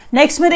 Next